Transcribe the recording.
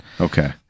okay